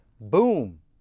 boom